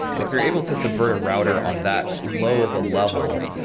and if you're able to subvert a router on that low of a level,